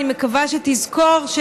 אני מקווה שכשתצביע,